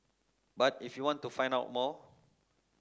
but if you want to find out more